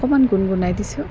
অকমান গুনগুনাই দিছোঁ